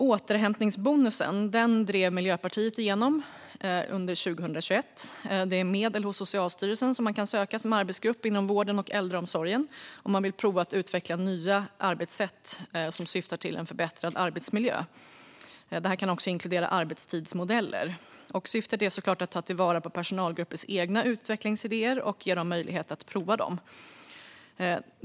Återhämtningsbonusen drev Miljöpartiet igenom under 2021. Det är medel hos Socialstyrelsen som man kan söka som arbetsgrupp inom vården och äldreomsorgen om man vill prova att utveckla nya arbetssätt som syftar till en förbättrad arbetsmiljö. Det här kan också inkludera arbetstidsmodeller. Syftet är såklart att ta till vara personalgruppers egna utvecklingsidéer och ge dem möjlighet att prova dem.